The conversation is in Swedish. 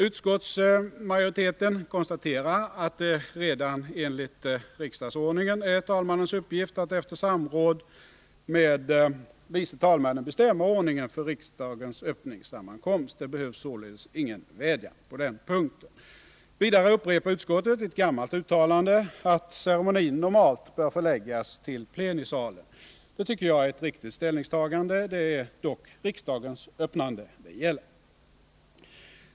Utskottsmajoriteten konstaterar att det redan enligt riksdagsordningen är talmannens uppgift att efter samråd med vice talmännen bestämma ordningen för riksdagens öppningssammankomst. Det behövs således ingen vädjan på den punkten. Vidare upprepar utskottet ett gammalt uttalande att ceremonin normalt bör förläggas till plenisalen. Det tycker jag är ett riktigt ställningstagande. Det är dock riksdagens öppnande det gäller.